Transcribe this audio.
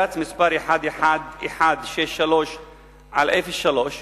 הכרח שיישוב הנמצא באזור עדיפות לאומית